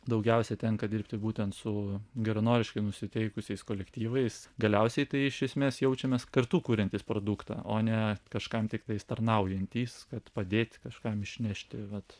daugiausia tenka dirbti būtent su geranoriškai nusiteikusiais kolektyvais galiausiai tai iš esmės jaučiamės kartu kuriantys produktą o ne kažkam tiktais tarnaujantys kad padėti kažkam išnešti vat